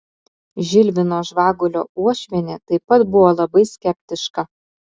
žilvino žvagulio uošvienė taip pat buvo labai skeptiška